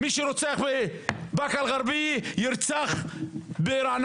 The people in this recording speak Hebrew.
מי שרוצח בבאקה אל גרבייה ירצח ברעננה.